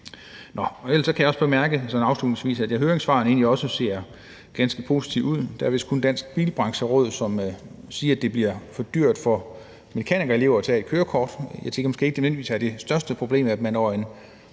men ellers kan jeg også bemærke sådan afslutningsvis, at høringssvarene egentlig også ser ganske positive ud. Der er vist kun Dansk Bilbrancheråd, som siger, at det bliver for dyrt for mekanikerelever at tage et kørekort. Jeg tænker, at det måske ikke nødvendigvis er det største problem, at det over en